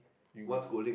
you